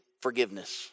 forgiveness